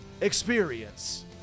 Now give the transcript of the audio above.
experience